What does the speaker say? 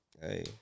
Hey